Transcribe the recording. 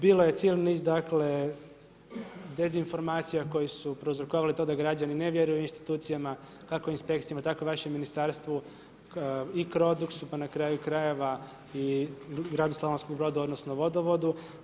Bilo je cijeli niz dakle dezinformacija koji su prouzrokovali to da građani ne vjeruju institucijama, kako inspekcijama, tako i vašem ministarstvu i Crodux-u, pa na kraju krajeva i gradu Slavonskom Brodu, odnosno vodovodu.